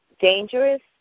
dangerous